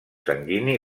sanguini